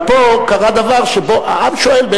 אבל פה קרה דבר שבו העם שואל,